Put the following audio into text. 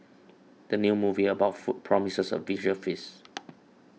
the new movie about food promises a visual feast